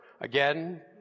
again